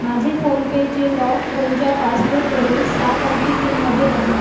माझे फोनपेचे लॉक फोनच्या पासवर्डवरून सात अंकी पिनमध्ये बदला